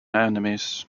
enemies